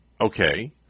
okay